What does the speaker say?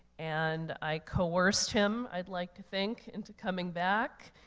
and i coerced him, i'd like to think, into coming back.